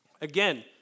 Again